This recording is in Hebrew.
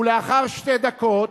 ולאחר שתי דקות